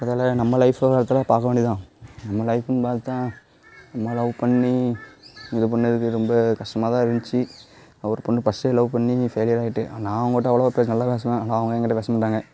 அதோடு நம்ம லைஃபை அடுத்ததாக பார்க்க வேண்டிதான் நம்ம லைஃப்ன்னு பார்த்தா நம்ம லவ் பண்ணி இது பண்ணிணதுக்கு ரொம்ப கஷ்டமா தான் இருந்துச்சி ஒரு பொண்ணு ஃபஸ்ட்டு லவ் பண்ணி ஃபெய்லியர் ஆகிட்டு நான் அவங்கக் கிட்டே அவ்வளோவா பேச நல்லா பேசுவேன் ஆனால் அவங்க என் கிட்டே பேச மாட்டாங்க